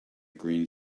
green